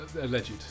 Alleged